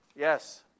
Yes